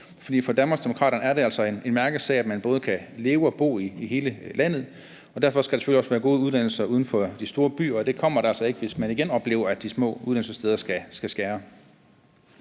for Danmarksdemokraterne er det altså en mærkesag, at man både kan leve og bo i hele landet, og derfor skal der selvfølgelig også være gode uddannelser uden for de store byer, og det kommer der altså ikke, hvis man igen oplever, at de små uddannelsessteder skal skære.